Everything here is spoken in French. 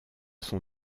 sont